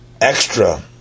extra